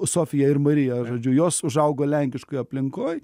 sofija ir marija žodžiu jos užaugo lenkiškoje aplinkoj